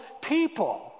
people